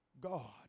God